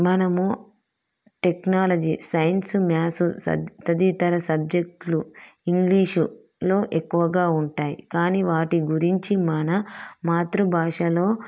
మనము technology science maths స తదితర సబ్జెక్టులు ఇంగ్లీషులో ఎక్కువగా ఉంటాయి కానీ వాటి గురించి మన మాతృభాషలో